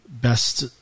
best